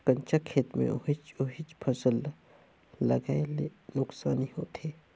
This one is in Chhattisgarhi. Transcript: कंचा खेत मे ओहिच ओहिच फसल ल लगाये ले नुकसानी होथे